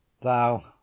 Thou